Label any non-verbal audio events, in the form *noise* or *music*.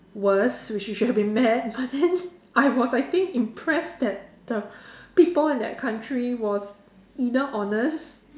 worse which we should've been mad *laughs* but then I was I think impressed that the people in that country was either honest